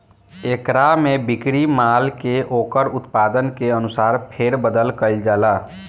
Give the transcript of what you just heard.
एकरा में बिक्री माल के ओकर उत्पादन के अनुसार फेर बदल कईल जाला